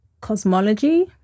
cosmology